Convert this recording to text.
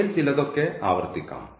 അവയിൽ ചിലതൊക്കെ ആവർത്തിക്കാം